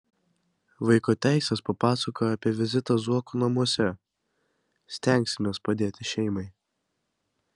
vaiko teisės papasakojo apie vizitą zuokų namuose stengsimės padėti šeimai